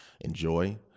enjoy